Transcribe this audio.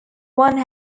one